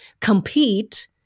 compete